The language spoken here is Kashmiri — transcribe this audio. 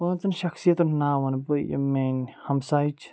پانٛژن شخصیتن ہُنٛد ناو وَنہٕ بہٕ یِم میٛانہِ ہمساے چھِ